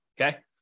Okay